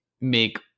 make